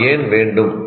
நான் ஏன் வேண்டும்